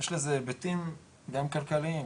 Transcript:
יש לזה היבטים גם כלכליים,